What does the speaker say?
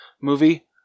movie